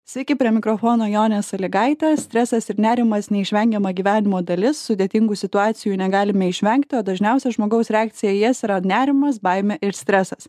sveiki prie mikrofono jonė salygaitė stresas ir nerimas neišvengiama gyvenimo dalis sudėtingų situacijų negalime išvengti o dažniausia žmogaus reakcija į jas yra nerimas baimė ir stresas